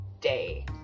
day